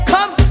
Come